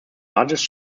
largest